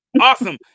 Awesome